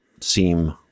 seem